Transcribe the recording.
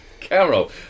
Carol